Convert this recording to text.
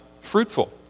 fruitful